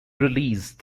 release